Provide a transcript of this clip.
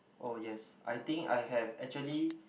oh yes I think I have actually